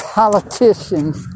politicians